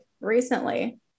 recently